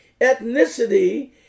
Ethnicity